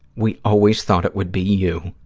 we always thought it would be you.